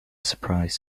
surprise